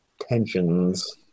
tensions